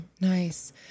Nice